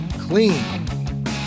clean